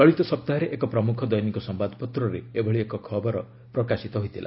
ଚଳିତ ସପ୍ତାହରେ ଏକ ପ୍ରମୁଖ ଦୈନିକ ସମ୍ଭାଦପତ୍ରରେ ଏଭଳି ଏକ ଖବର ପ୍ରକାଶିତ ହୋଇଥିଲା